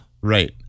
right